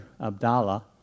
Abdallah